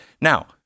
Now